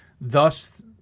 Thus